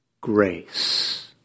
grace